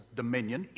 dominion